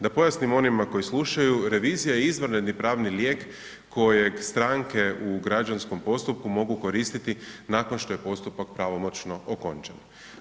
Da pojasnim onima koji slučaju, revizija je izvanredni pravni lijek kojeg stranke u građanskom postupku mogu koristiti nakon što je postupak pravomoćno okončan.